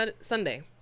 Sunday